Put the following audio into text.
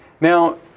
Now